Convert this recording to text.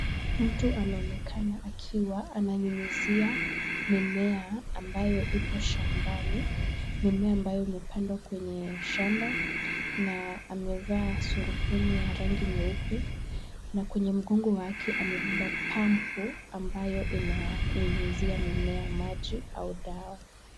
Mtu anaonekana akiwa ananyunyuzia mimea ambayo ipo shambani ,mimea ambayo imepandwa kwenye shamba na amevaa surupwenye ya rangi nyeupe na kwenye mgongo wake amebeba pampu ambayo inanyunyuzia mimea maji au dawa.